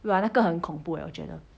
[wah] 那个很恐怖 leh 我觉得